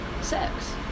sex